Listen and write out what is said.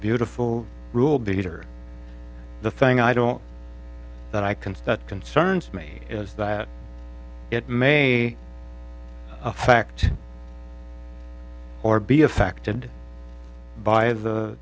beautiful rule beater the thing i don't that i can that concerns me is that it may affect or be affected by the